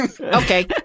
Okay